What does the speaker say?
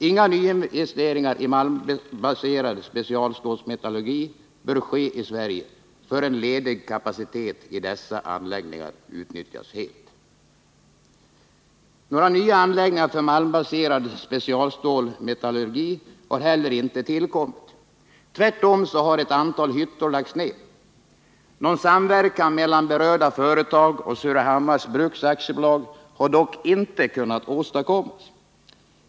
Inga nyinveste ringar i malmbaserad specialstålsmetallurgi bör ske i Sverige förrän ledig kapacitet i dessa anläggningar utnyttjas helt.” Några nya anläggningar för malmbaserad specialstålsmetallurgi har heller inte tillkommit. Tvärtom har ett antal hyttor lagts ner. Någon samverkan mellan berörda företag och Surahammars Bruks AB har dock inte kunnat åstadkommas.